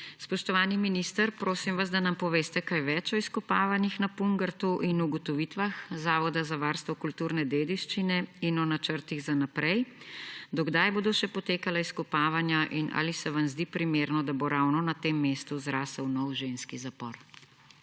Spoštovani minister, prosim vas, da nam poveste kaj več o izkopavanjih na Pungartu in ugotovitvah Zavoda za varstvo kulturne dediščine in o načrtih za naprej. Zanima me: Do kdaj bodo še potekala izkopavanja na Pungartu? Ali se vam zdi primerno, da bo ravno na tem mestu zrasel novi ženski zapor?